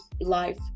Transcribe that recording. life